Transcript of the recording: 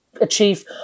achieve